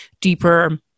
deeper